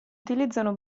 utilizzano